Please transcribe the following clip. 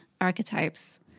Archetypes